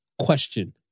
Question